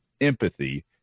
empathy